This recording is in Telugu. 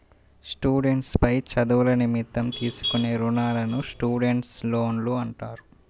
స్టూడెంట్స్ పై చదువుల నిమిత్తం తీసుకునే రుణాలను స్టూడెంట్స్ లోన్లు అంటారు